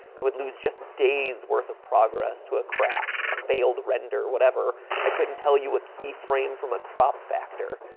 i would lose just days worth of progress to a crash, a failed render, whatever. i couldn't tell you a keyframe from a crop factor.